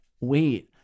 wait